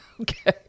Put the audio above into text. Okay